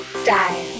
style